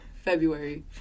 February